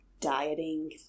dieting